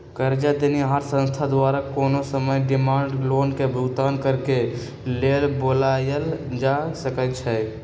करजा देनिहार संस्था द्वारा कोनो समय डिमांड लोन के भुगतान करेक लेल बोलायल जा सकइ छइ